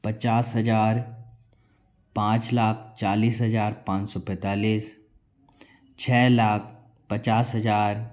पचास हज़ार पाँच लाख चालीस हज़ार पाँच सौ पैंतालीस छः लाख पचास हज़ार